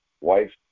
wife